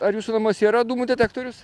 ar jūsų namuose yra dūmų detektorius